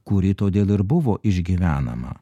kuri todėl ir buvo išgyvenama